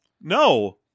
no